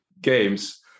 games